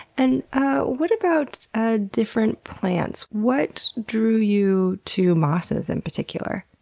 and ah what about ah different plants? what drew you to mosses in particular?